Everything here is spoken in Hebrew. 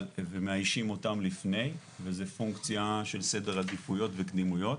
ומאיישים אותם לפני וזו פונקציה של סדר עדיפויות וקדימויות,